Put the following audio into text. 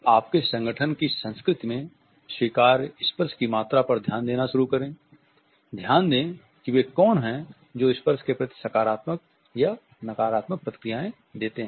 आपके संगठन की संस्कृति में स्वीकार्य स्पर्श की मात्रा पर ध्यान देना शुरू करें ध्यान दें कि वे कौन है जो स्पर्श के प्रति सकारात्मक या नकारात्मक प्रतिक्रियाएं देते हैं